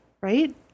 right